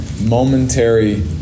momentary